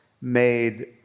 made